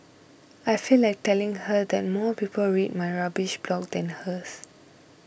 I feel like telling her that more people read my rubbish blog than hers